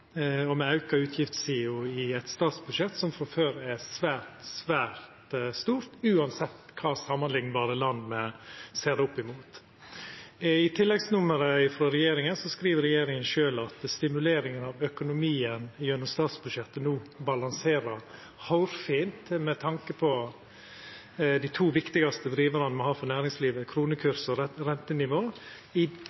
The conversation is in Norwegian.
og me aukar utgiftssida i eit statsbudsjett som frå før er svært, svært stort, uansett kva for samanliknbare land me ser det opp imot. I tilleggsnummeret frå regjeringa skriv regjeringa sjølv at stimulering av økonomien gjennom statsbudsjettet nå balanserer hårfint med tanke på dei to viktigaste drivarane me har for næringslivet,